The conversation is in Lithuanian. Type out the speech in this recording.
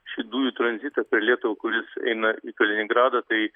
šių dujų tranzitą per lietuvą kuris eina į kaliningradą tai